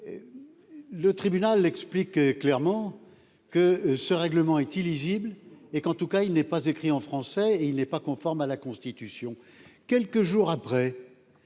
Le tribunal explique clairement que ce règlement est illisible et qu'en tout cas il n'est pas écrit en français et il n'est pas conforme à la Constitution. Quelques jours après.